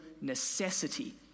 necessity